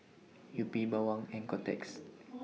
Yupi Bawang and Kotex